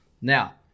Now